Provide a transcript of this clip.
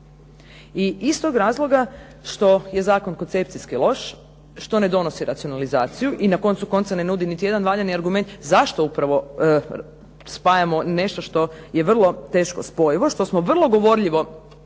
I iz toga razloga što je zakon koncepcijski loš, što ne donosi racionalizaciju i na koncu konca ne nudi niti jedan valjani argument zašto upravo spajamo nešto što je vrlo teško spojivo, što smo vrlo gorljivo zagovarali